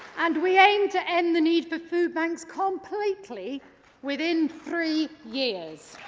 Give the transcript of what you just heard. and we aim to end the need for food banks completely within three years.